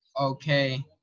Okay